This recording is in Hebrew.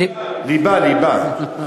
ליבה, ליבה.